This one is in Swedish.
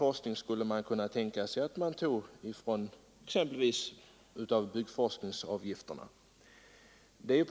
Man skulle kunna tänka sig att medel för sådan forskning tas exempelvis av byggforskningsavgifterna.